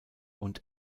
und